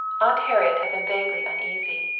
aunt harriet had been vaguely uneasy,